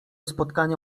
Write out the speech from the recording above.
spotkania